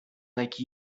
like